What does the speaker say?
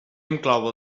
inclou